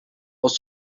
aus